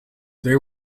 they